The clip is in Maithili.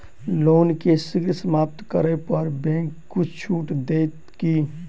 लोन केँ शीघ्र समाप्त करै पर बैंक किछ छुट देत की